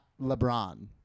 LeBron